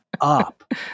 up